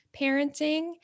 parenting